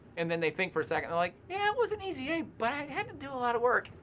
and then they think for a second, like yeah it was an easy a, but i had to do a lot of work.